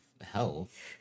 health